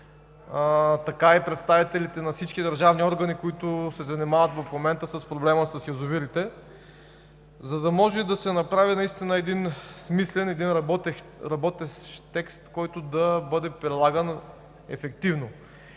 така и представителите на всички държавни органи, които се занимават в момента с проблема с язовирите, за да може да се направи смислен, работещ текст, който да бъде прилаган ефективно.